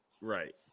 Right